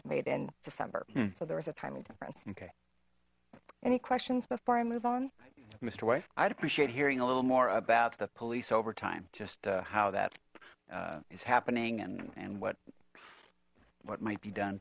was made in december so there was a timely difference okay any questions before i move on mister weh i'd appreciate hearing a little more about the police overtime just how that is happening and and what what might be done